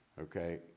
Okay